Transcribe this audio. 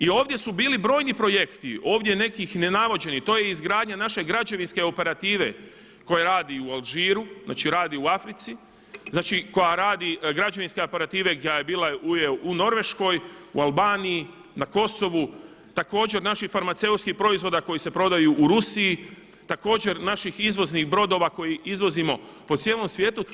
I ovdje su bili brojni projekti, ovdje nekih nenavođenih, to je izgradnja naše građevinske operative koja radi u Alžiru, znači u Africi, građanske operative koja je bila u Norveškoj, u Albaniji, na Kosovu također naših farmaceutskih proizvoda koji se prodaju u Rusiji, također naših izvoznih brodova koje izvozimo po cijelom svijetu.